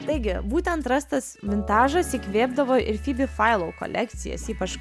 taigi būtent rastas vintažas įkvėpdavo ir fibi failau kolekcijas ypač